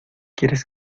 quieres